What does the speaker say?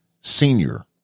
senior